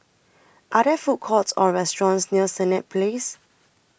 Are There Food Courts Or restaurants near Senett Place